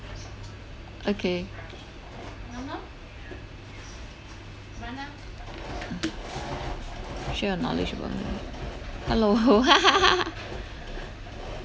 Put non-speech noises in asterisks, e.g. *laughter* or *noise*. okay *noise* sure or not hello *laughs*